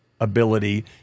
ability